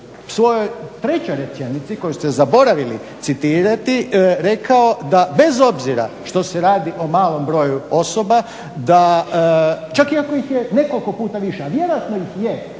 svojoj trećoj rečenici koju ste zaboravili citirati rekao da bez obzira što se radi o malom broju osoba, da čak i ako ih je nekoliko puta više, a vjerojatno ih je